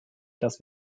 dass